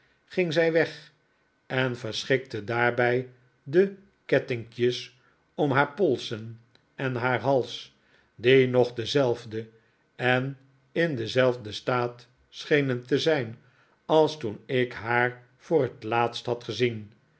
ging zij weg en verschikte daarbij de kettinkjes om haar polsen en haar hals die nog dezelfde en in denzelfden staat schenen te zijn als toen ik haar voor het laatst had gezien